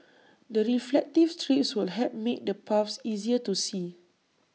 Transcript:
the reflective strips would help make the paths easier to see